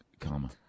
comma